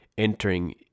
entering